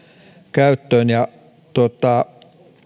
käyttöön ja